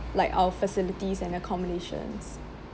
like our facilities and accommodations